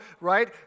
right